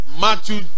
Matthew